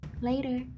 Later